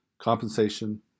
compensation